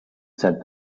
said